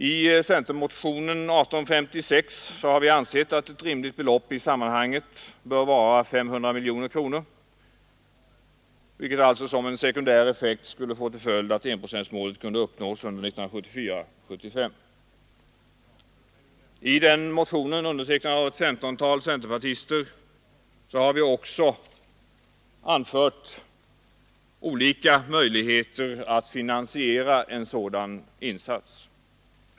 I centermotionen 1856 har vi ansett att ett rimligt belopp i RER sammanhanget bör vara 500 miljoner kronor, vilket alltså som en FIMIYW LT ER sekundär effekt skulle få till följd att enprocentsmålet kunde uppnås Den ekonomiska under budgetåret 1974/75. I den motionen, undertecknad av ett politiken, m.m. femtontal centerpartister, har vi också anvisat olika möjligheter att finansiera en sådan insats.